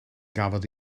gafodd